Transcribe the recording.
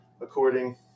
according